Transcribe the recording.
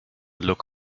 look